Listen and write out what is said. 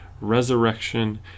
resurrection